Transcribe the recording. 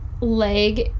leg